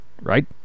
right